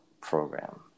program